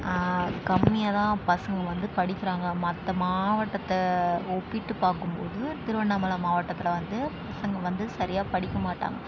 கம்மியாகதான் பசங்கள் வந்து படிக்கிறாங்க மற்ற மாவட்டத்தை ஒப்பிட்டு பார்க்கும்போது திருவண்ணாமலை மாவட்டத்தில் வந்து பசங்கள் வந்து சரியாக படிக்கமாட்டாங்க